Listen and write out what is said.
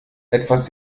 etwas